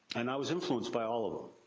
and i was influenced by all of them.